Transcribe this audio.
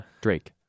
Drake